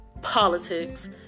politics